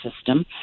system